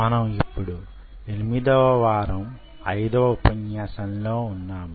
మనం యిప్పుడు 8వ వారం 5వ ఉపన్యాసం లో ఉన్నాం